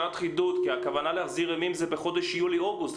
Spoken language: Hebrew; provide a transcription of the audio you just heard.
על מנת לחדד הכוונה להחזיר ימים זה בחודש יולי-אוגוסט,